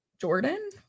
Jordan